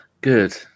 good